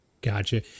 gotcha